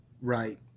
right